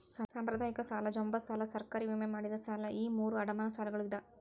ಸಾಂಪ್ರದಾಯಿಕ ಸಾಲ ಜಂಬೋ ಸಾಲ ಸರ್ಕಾರಿ ವಿಮೆ ಮಾಡಿದ ಸಾಲ ಈ ಮೂರೂ ಅಡಮಾನ ಸಾಲಗಳ ವಿಧಗಳ